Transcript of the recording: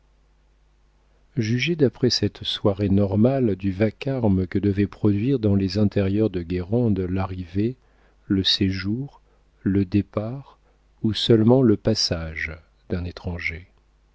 jugez d'après cette soirée normale du vacarme que devaient produire dans les intérieurs de guérande l'arrivée le séjour le départ ou seulement le passage d'un étranger